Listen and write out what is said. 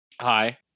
Hi